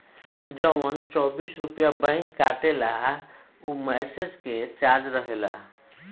जवन चौबीस रुपइया बैंक काटेला ऊ मैसेज के चार्ज रहेला